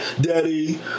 Daddy